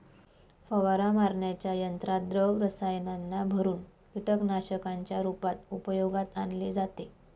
फवारा मारण्याच्या यंत्रात द्रव रसायनांना भरुन कीटकनाशकांच्या रूपात उपयोगात आणले जाते